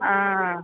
ആ ആ